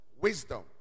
Wisdom